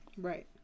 right